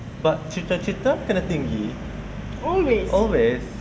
but cita-cita kena tinggi always